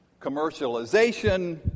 commercialization